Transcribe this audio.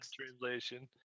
translation